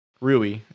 Rui